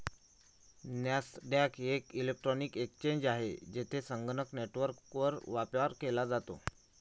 Nasdaq एक electronic exchange आहे, जेथे संगणक नेटवर्कवर व्यापार केला जातो